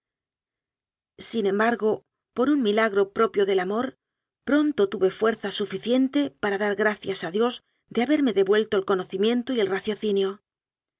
sin embargo por un milagro propio del amor pronto tuve fuerza suficiente para dar gracias a dios de haberme devuelto el conocimiento y el